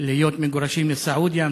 להיות מגורשים לסעודיה,